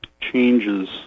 changes